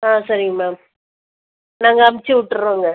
ஆ சரிங்க மேம் நாங்கள் அனுப்பிச்சி விட்டுறோங்க